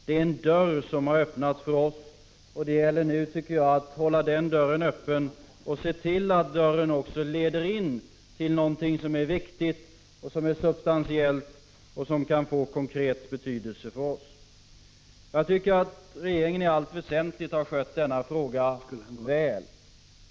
Det är en dörr som har öppnats för oss. Det gäller nu att hålla denna dörr öppen och att se till att den också leder in till något som är viktigt och substantiellt och som kan få konkret betydelse för Sverige. Jag tycker att regeringen i allt väsentligt har skött EUREKA-frågan väl.